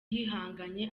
yihangane